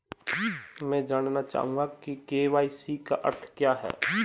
मैं जानना चाहूंगा कि के.वाई.सी का अर्थ क्या है?